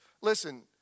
Listen